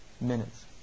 Minutes